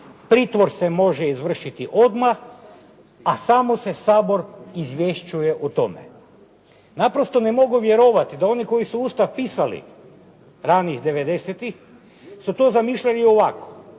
pritvor se može izvršiti odmah a samo se Sabor izvješćuje o tome. Naprosto ne mogu vjerovati da oni koji su Ustav pisali ranih '90.-tih su to zamišljali ovako,